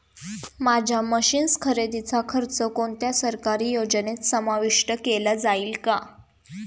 माझ्या मशीन्स खरेदीचा खर्च कोणत्या सरकारी योजनेत समाविष्ट केला जाईल का?